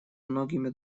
многими